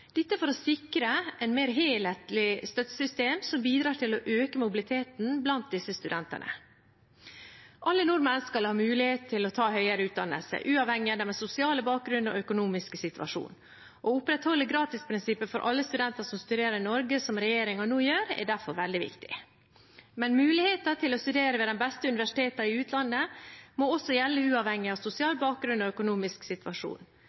for å sikre et mer helhetlig støttesystem som bidrar til å øke mobiliteten blant disse studentene. Alle nordmenn skal ha mulighet til å ta høyere utdannelse uavhengig av deres sosiale bakgrunn og økonomiske situasjon. Å opprettholde gratisprinsippet for alle studenter som studerer i Norge, som regjeringen nå gjør, er derfor veldig viktig. Men muligheten til å studere ved de beste universitetene i utlandet må også gjelde uavhengig av sosial bakgrunn og økonomisk situasjon.